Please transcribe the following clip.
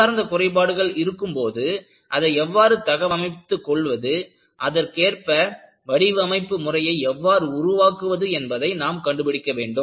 உள்ளார்ந்த குறைபாடுகள் இருக்கும்போது அதை எவ்வாறு தகவமைத்து கொள்வது அதற்கு ஏற்ப வடிவமைப்பு முறையை எவ்வாறு உருவாக்குவது என்பதை நாம் கண்டுபிடிக்க வேண்டும்